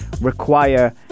require